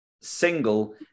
single